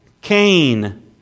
Cain